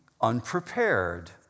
unprepared